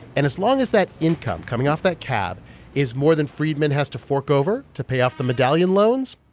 and as long as that income coming off that cab is more than freidman has to fork over to pay off the medallion loans,